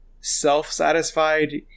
self-satisfied